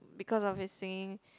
because of his singing